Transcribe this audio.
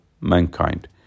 mankind